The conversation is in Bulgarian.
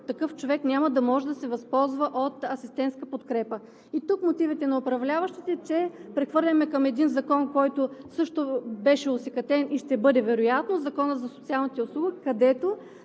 такъв човек няма да може да се възползва от асистентска подкрепа. Тук мотивите на управляващите са, че прехвърляме към един закон, който също беше осакатен и ще бъде вероятно – Законът за социалните услуги, където